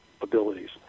abilities